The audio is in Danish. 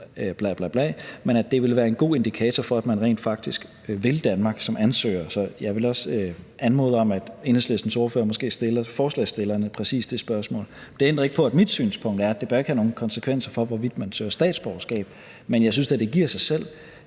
det ville være en god indikator for, at man rent faktisk vil Danmark som ansøger. Så jeg vil også anmode om, at Enhedslistens ordfører måske stiller forslagsstillerne præcis det spørgsmål. Det ændrer ikke på, at mit synspunkt er, at det ikke bør have nogen konsekvenser for, hvorvidt man søger statsborgerskab. Men jeg synes da, det giver sig selv,